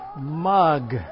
mug